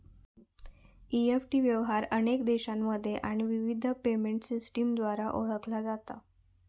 EFT व्यवहार अनेक देशांमध्ये आणि विविध पेमेंट सिस्टमद्वारा ओळखला जाता